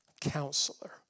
Counselor